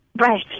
Right